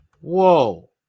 Whoa